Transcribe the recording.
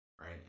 right